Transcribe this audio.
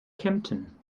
kempten